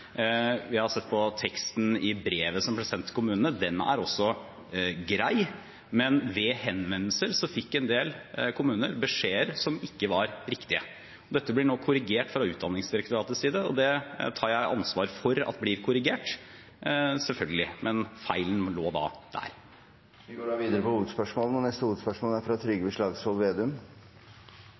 Vi har sett på teksten i brevet som ble sendt til kommunene. Den er også grei, men ved henvendelser fikk en del kommuner beskjeder som ikke var riktige. Dette blir nå korrigert fra Utdanningsdirektoratets side, og jeg tar ansvar for at det blir korrigert, selvfølgelig. Men feilen lå der. Vi går videre til neste hovedspørsmål.